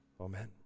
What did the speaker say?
Amen